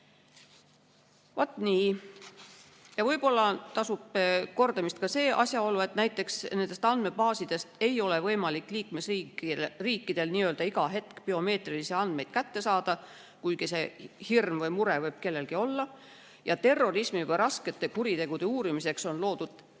Vaat nii. Võib-olla tasub kordamist ka see asjaolu, et nendest andmebaasidest ei ole võimalik liikmesriikidel iga hetk biomeetrilisi andmeid kätte saada – see hirm või mure võib kellelgi olla –, terrorismi ja [muude] raskete kuritegude uurimiseks on loodud